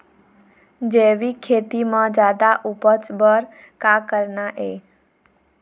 जैविक खेती म जादा उपज बर का करना ये?